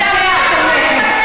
בזה את תומכת.